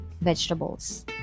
vegetables